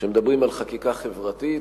כשמדברים על חקיקה חברתית,